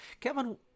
Kevin